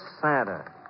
Santa